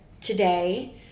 today